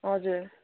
हजुर